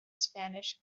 spanish